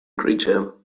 creature